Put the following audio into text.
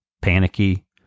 panicky